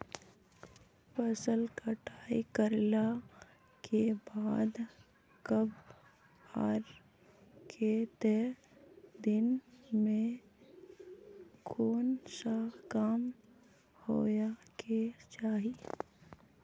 फसल कटाई करला के बाद कब आर केते दिन में कोन सा काम होय के चाहिए?